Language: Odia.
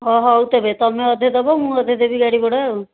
ହ ହଉ ତେବେ ତୁମେ ଅଧେ ଦେବ ମୁଁ ଅଧେ ଦେବି ଗାଡ଼ି ଭଡ଼ା ଆଉ